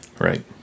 Right